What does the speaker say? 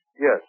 Yes